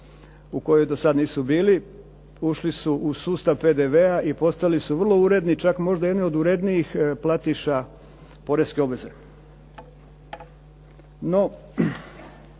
u kojem do sada nisu bili. Ušli su u sustav PDV-a i postali su vrlo uredni, čak možda jedni od urednijih platiša poreske obveze.